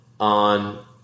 On